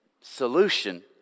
solution